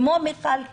כמו מיכל,